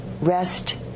rest